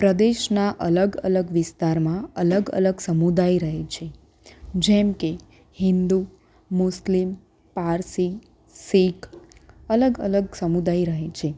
પ્રદેશના અલગ અલગ વિસ્તારમાં અલગ અલગ સમુદાય રહે છે જેમકે હિન્દુ મુસ્લિમ પારસી શીખ અલગ અલગ સમુદાય રહે છે